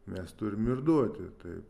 mes turim ir duoti tai